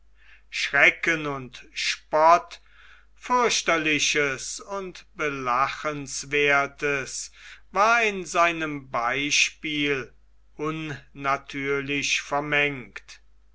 schrecken und spott fürchterliches und belachenswerthes war in seinem beispiel unnatürlich vermengt